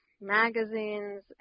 magazines